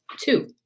Two